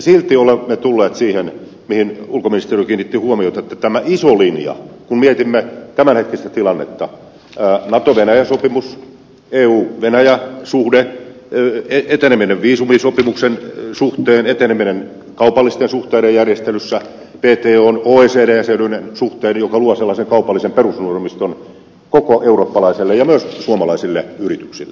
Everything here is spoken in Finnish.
silti olemme tulleet siihen mihin ulkoministeriö kiinnitti huomiota että tämä iso linja kun mietimme tämänhetkistä tilannetta natovenäjä sopimus euvenäjä suhde eteneminen viisumisopimuksen suhteen eteneminen kaupallisten suhteiden järjestelyssä wton oecd jäsenyyden suhteen joka luo sellaisen kaupallisen perusohjelmiston koko euroopan ja myös suomalaisille yrityksille luo aivan uudenlaisen pohjan